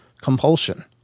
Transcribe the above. compulsion